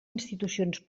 institucions